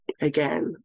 again